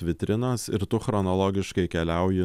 vitrinos ir tu chronologiškai keliauji